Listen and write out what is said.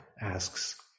asks